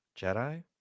Jedi